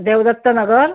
Devdatt Nagar